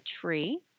tree